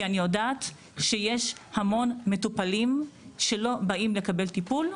אני יודעת שיש המון מטופלים שלא באים לקבל טיפול,